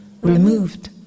removed